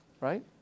Right